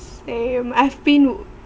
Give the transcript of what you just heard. same I've been